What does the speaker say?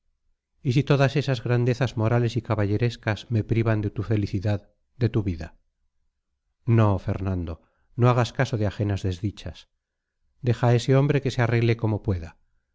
y si todas esas grandezas morales y caballerescas me privan de tu felicidad de tu vida no fernando no hagas caso de ajenas desdichas deja a ese hombre que se arregle como pueda